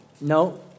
no